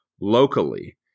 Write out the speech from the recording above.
locally